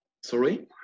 Sorry